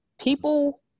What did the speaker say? People